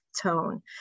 tone